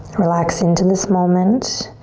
relax into this moment.